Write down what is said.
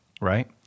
right